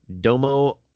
Domo